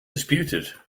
disputed